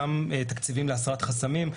גם תקציבים להסרת חסמים.